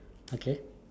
okay